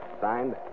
Signed